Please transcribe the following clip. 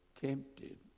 tempted